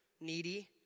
needy